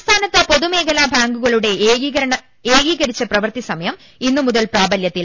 സംസ്ഥാനത്ത് പൊതുമേഖലാ ബാങ്കുകളുടെ ഏകീകരിച്ച പ്രവൃത്തി സമയം ഇന്ന് മുതൽ പ്രാബലൃത്തിൽ